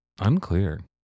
Unclear